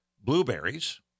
blueberries